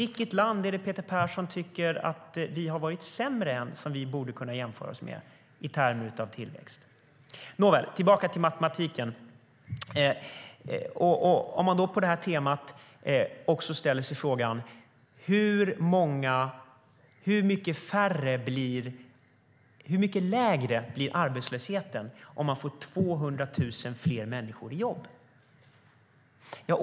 Vilket land tycker Peter Persson har varit bättre än Sverige, som vi borde kunna jämföra oss med i termer av tillväxt? Nåväl, låt mig gå tillbaka till matematiken. Vi kan på det temat ställa oss frågan: Hur mycket lägre blir arbetslösheten om vi får 200 000 fler i jobb?